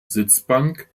sitzbank